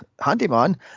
handyman